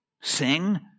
Sing